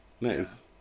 Nice